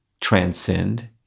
transcend